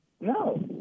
No